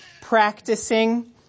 practicing